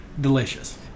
delicious